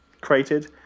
created